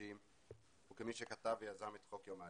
חדשים וכמי שכתב ויזם את חוק יום העלייה.